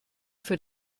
für